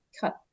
cut